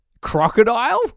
Crocodile